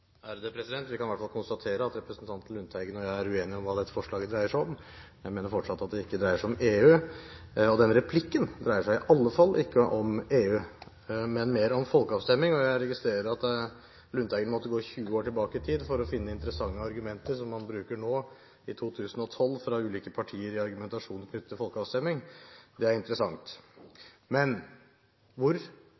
blir replikkordskifte. Vi kan i hvert fall konstatere at representanten Lundteigen og jeg er uenige om hva dette forslaget dreier seg om. Jeg mener fortsatt at det ikke dreier seg om EU. Denne replikken dreier seg i hvert fall ikke om EU, men mer om folkeavstemning. Jeg registrerer at Lundteigen måtte gå 20 år tilbake i tid for å finne interessante argumenter som han bruker nå i 2012, fra ulike partier, i argumentasjonen knyttet til folkeavstemning. Det er interessant.